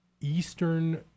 eastern